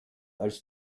als